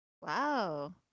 Wow